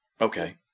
Okay